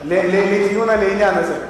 לדיון על העניין הזה.